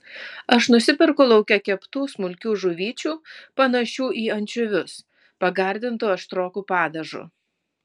aš nusiperku lauke keptų smulkių žuvyčių panašių į ančiuvius pagardintų aštroku padažu